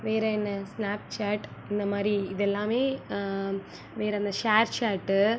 வேறு என்ன ஸ்னாப்ச்சாட் இந்தமாதிரி இதெல்லாமே வேறு அந்த ஷேர்சாட்டு